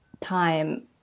time